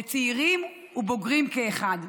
לצעירים ובוגרים כאחד.